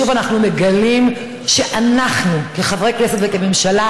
שוב אנחנו מגלים שאנחנו כחברי כנסת וכממשלה